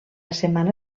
setmana